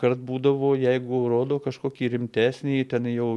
kart būdavo jeigu rodo kažkokį rimtesnį ten jau